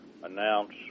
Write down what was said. Announce